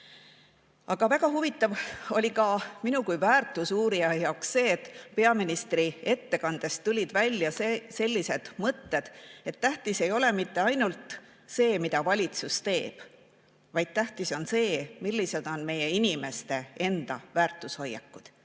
väga huvitav oli minu kui väärtusuurija jaoks see, et peaministri ettekandest tulid välja sellised mõtted, et tähtis ei ole mitte ainult see, mida valitsus teeb, vaid tähtis on see, millised on meie inimeste enda väärtushoiakud.